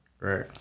right